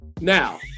Now